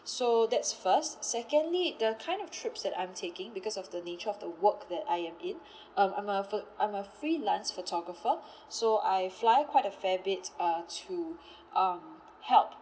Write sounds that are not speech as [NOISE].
so that's first secondly the kind of trips that I'm taking because of the nature of the work that I am in [BREATH] um I'm a pho~ I'm a freelance photographer [BREATH] so I fly quite a fair bit uh to [BREATH] um help